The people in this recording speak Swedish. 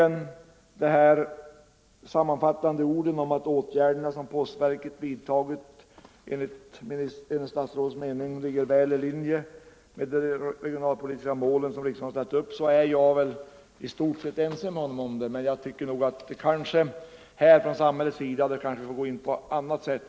De sammanfattande orden om att de åtgärder som postverket vidtar enligt statsrådets mening ligger väl i linje med de regionalpolitiska mål riksdagen ställt upp, kan jag i stort sett instämma i, men samhället bör kanske också gå in på annat sätt.